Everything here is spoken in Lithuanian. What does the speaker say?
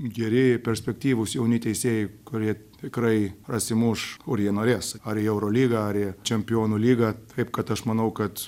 geri perspektyvūs jauni teisėjai kurie tikrai prasimuš kur jie norės ar į eurolygą ar į čempionų lygą taip kad aš manau kad